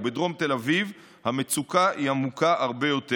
ובדרום תל אביב המצוקה היא עמוקה הרבה יותר.